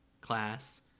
class